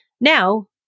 Now